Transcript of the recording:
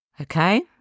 Okay